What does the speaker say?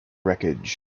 wreckage